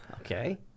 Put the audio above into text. Okay